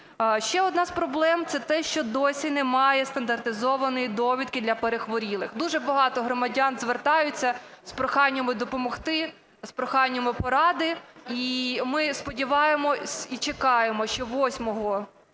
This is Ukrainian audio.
Ще одна з проблем – це те, що досі немає стандартизованої довідки для перехворілих. Дуже багато громадян звертаються з проханнями допомогти, з проханнями поради. І ми сподіваємося і чекаємо, що 8